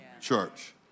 church